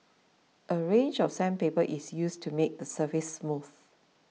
a range of sandpaper is used to make the surface smooth